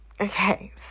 Okay